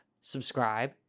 subscribe